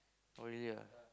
oh really ah